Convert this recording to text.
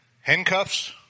handcuffs